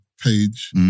page